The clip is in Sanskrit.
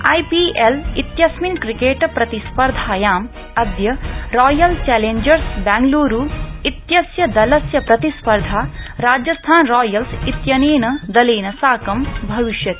आई पी एल इत्यस्मिन् क्रिकेट प्रतिस्पर्धायां अदय रॉयल चैलेंजर्स बेंगलुरू इत्यस्य प्रतिस्पर्धा राजस्थान रॉयल्य इत्यनेन साकं भविष्यति